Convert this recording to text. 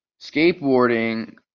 skateboarding